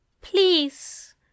please